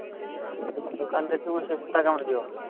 ଦୋକାନରେ କେଉଁ ସେ ସୂତା କାମରେ ଯିବ